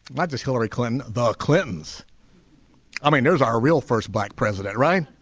not just hillary clinton the clintons i mean there's our real first black president right